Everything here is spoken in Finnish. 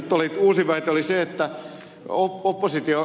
nyt uusin väite oli se ed